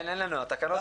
הם בעצם